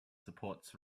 supports